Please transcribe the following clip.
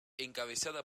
encabezada